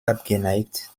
abgeneigt